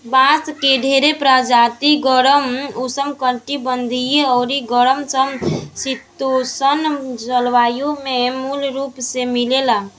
बांस के ढेरे प्रजाति गरम, उष्णकटिबंधीय अउरी गरम सम शीतोष्ण जलवायु में मूल रूप से मिलेला